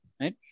right